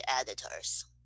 editors